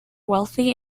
wealthy